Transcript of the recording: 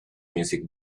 music